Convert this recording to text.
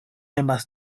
emas